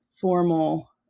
formal